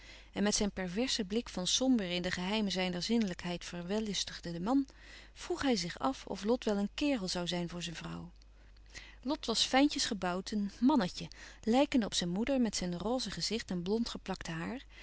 en met zijn perversen blik van somber in de geheimen zijner zinnelijkheid verwellustigden man vroeg hij zich af of lot wel een kerel zoû zijn voor zijn vrouw lot was fijntjes gebouwd een mannetje lijkende op zijn moeder met zijn roze gezicht en blond geplakte haar